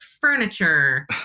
Furniture